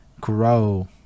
grow